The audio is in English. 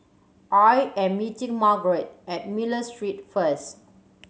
I am meeting Margrett at Miller Street first